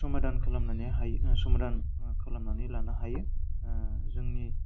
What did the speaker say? समादान खालामनानै हायो समादान खालामनानै लानो हायो जोंनि